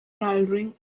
ralring